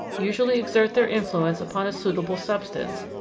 usually exert their influence upon a suitable substance,